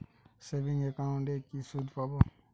Savings একাউন্টে কি সুদ পাব?